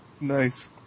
Nice